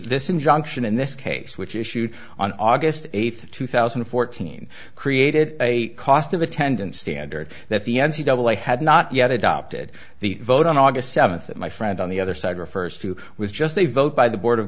this injunction in this case which issued on august eighth two thousand and fourteen created a cost of attendance standard that the n p double i had not yet adopted the vote on aug seventh that my friend on the other side refers to was just a vote by the board of